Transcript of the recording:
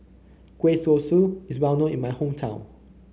Kueh Kosui is well known in my hometown